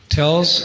tells